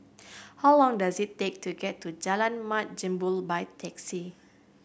how long does it take to get to Jalan Mat Jambol by taxi